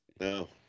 No